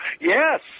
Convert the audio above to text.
Yes